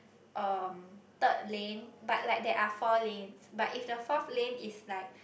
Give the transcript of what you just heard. um third lane but like there are four lanes but if the fourth lane is like